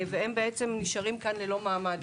ונשארים פה ללא מעמד.